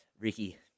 Ricky